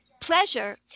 pleasure